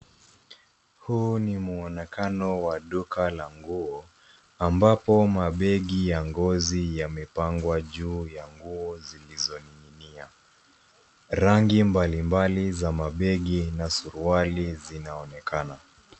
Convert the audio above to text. Huu ni mwonekano wa duka la nguo, ambapo mabegi ya ngozi yamepangwa juu ya nguo zilizoning'inia. Rangi mbalimbali za mabegi na suruali zinaonekana.